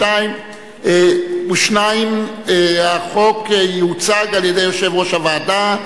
62). החוק יוצג על-ידי יושב-ראש הוועדה,